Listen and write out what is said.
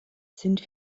sind